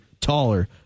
taller